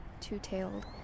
two-tailed